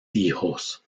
hijos